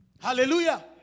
hallelujah